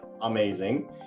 Amazing